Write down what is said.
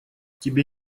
тебе